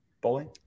Bowling